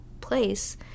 place